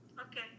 Okay